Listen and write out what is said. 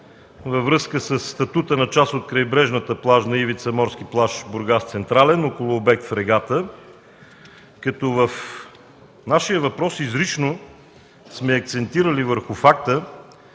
във връзка със статута на част от крайбрежната плажна ивица „Морски плаж – Бургас-централен” около обект „Фрегата”, като в нашия въпрос изрично сме акцентирали върху факта,